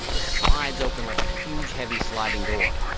it slides open like a huge, heavy sliding door